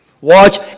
Watch